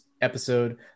episode